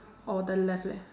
or the left leg